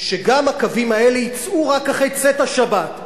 שגם הקווים האלה יצאו רק אחרי צאת השבת.